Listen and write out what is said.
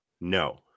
No